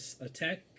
attack